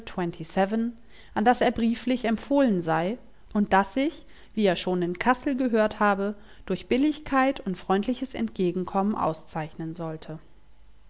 an das er brieflich empfohlen sei und das sich wie er schon in kassel gehört habe durch billigkeit und freundliches entgegenkommen auszeichnen solle